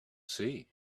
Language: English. sea